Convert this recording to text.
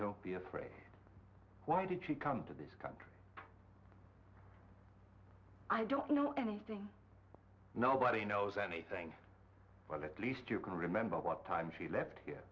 don't be afraid why did she come to this cause i don't know anything nobody knows anything well at least you can remember what time she left here